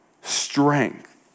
strength